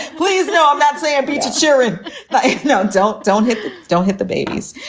please. no, i'm not saying betaseron. but no, don't don't hit don't hit the babies.